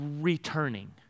returning